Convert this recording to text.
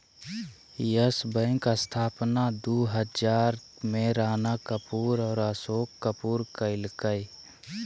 yes Bank स्थापना दू हजार चार में राणा कपूर और अशोक कपूर कइलकय